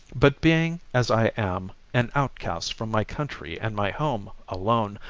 but being, as i am, an outcast from my country and my home, alone,